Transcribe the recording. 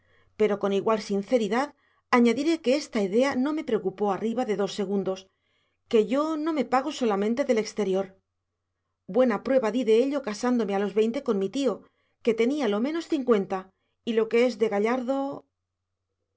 pero con igual sinceridad añadiré que esta idea no me preocupó arriba de dos segundos pues yo no me pago solamente del exterior buena prueba di de ello casándome a los veinte con mi tío que tenía lo menos cincuenta y lo que es de gallardo